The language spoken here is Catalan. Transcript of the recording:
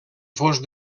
fos